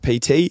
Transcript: PT